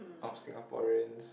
of Singaporeans